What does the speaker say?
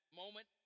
moment